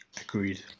Agreed